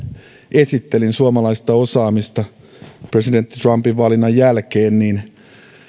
esittelin suomalaista osaamista presidentti trumpin valinnan jälkeen niin